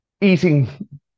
eating